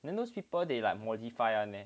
and then those people they like